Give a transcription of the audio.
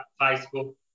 Facebook